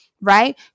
right